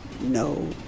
no